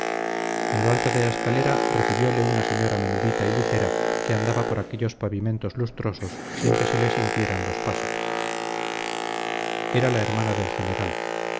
en lo alto de la escalera recibiole una señora menudita y ligera que andaba por aquellos pavimentos lustrosos sin que se le sintieran los pasos era la hermana del general